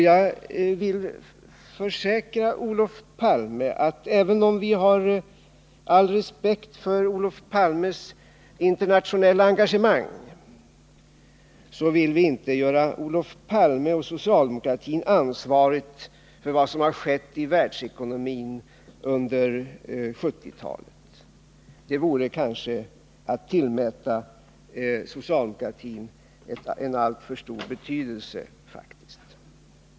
Jag vill försäkra Olof Palme att även om vi har all respekt för hans internationella engagemang vill vi inte göra Olof Palme och socialdemokratin ansvariga för vad som har skett i världsekonomin under 1970-talet. Det vore kanske att tillmäta socialdemokratin en alltför stor betydelse.